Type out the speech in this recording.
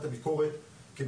אני